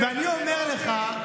ואני אומר לך,